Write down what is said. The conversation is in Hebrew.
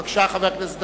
בבקשה, חבר הכנסת דנון,